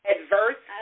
Adverse